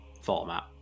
format